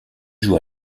joue